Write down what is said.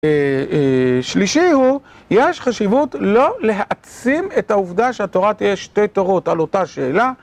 שלישי הוא, יש חשיבות לא להעצים את העובדה שהתורה תהיה שתי תורות, על אותה שאלה